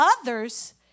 others